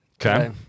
Okay